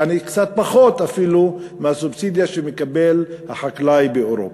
יעני קצת פחות אפילו מהסובסידיה שמקבל החקלאי באירופה.